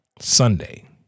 Sunday